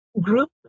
group